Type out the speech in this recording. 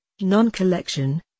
non-collection